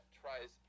tries